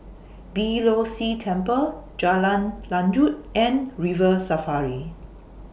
Beeh Low See Temple Jalan Lanjut and River Safari